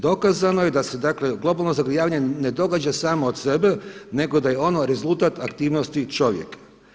Dokazano je da se dakle globalno zagrijavanje ne događa samo od sebe, nego da je ono rezultat aktivnosti čovjeka.